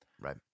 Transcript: Right